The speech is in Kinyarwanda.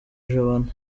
jabana